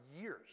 years